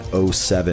07